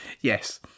Yes